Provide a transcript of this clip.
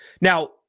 now